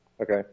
Okay